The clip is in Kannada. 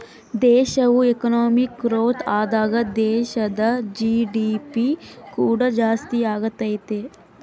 ದೇಶವು ಎಕನಾಮಿಕ್ ಗ್ರೋಥ್ ಆದಾಗ ದೇಶದ ಜಿ.ಡಿ.ಪಿ ಕೂಡ ಜಾಸ್ತಿಯಾಗತೈತೆ